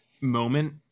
moment